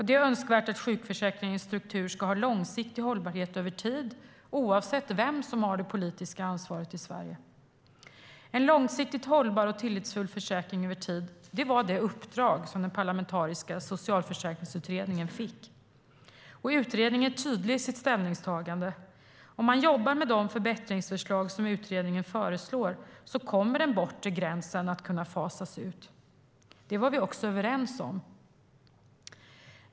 Det är önskvärt att sjukförsäkringens struktur ska ha långsiktig hållbarhet över tid, oavsett vem som har det politiska ansvaret i Sverige. En försäkring som inger tillit och som är långsiktigt hållbar över tid var det uppdrag som den parlamentariska socialförsäkringsutredningen fick. Utredningen är tydlig i sitt ställningstagande: Om man jobbar med de förbättringsförslag som utredningen föreslår kommer den bortre gränsen att kunna fasas ut. Det var vi också överens om.